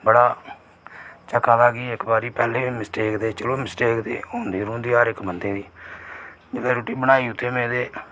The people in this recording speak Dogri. बड़ा झक्के दा कि इक बारी पैह्लें मीस्टेक ते चलो मीस्टेक ते होंदी रौंहदी हर इक बंदे दी जेलै रुट्टी बनाई उत्थै में ते